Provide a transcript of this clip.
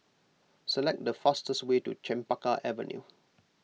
select the fastest way to Chempaka Avenue